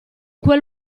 quel